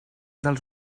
dels